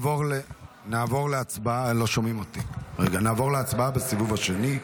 נעבור להצבעה בסיבוב השני.